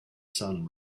sun